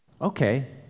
okay